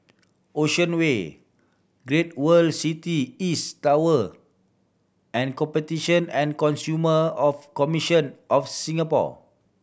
Ocean Way Great World City East Tower and Competition and Consumer of Commission of Singapore